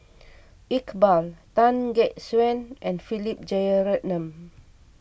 Iqbal Tan Gek Suan and Philip Jeyaretnam